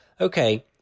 okay